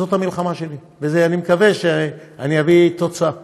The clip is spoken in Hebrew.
זאת המלחמה שלי, ואני מקווה שאביא תוצאה.